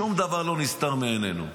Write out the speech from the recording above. שום דבר לא נסתר מעינינו.